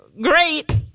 great